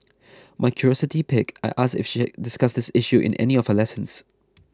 my curiosity piqued I asked if she had discussed this issue in any of her lessons